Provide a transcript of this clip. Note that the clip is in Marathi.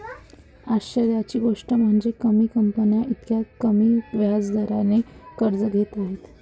आश्चर्याची गोष्ट म्हणजे, कमी कंपन्या इतक्या कमी व्याज दरानेही कर्ज घेत आहेत